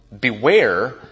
beware